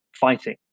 fighting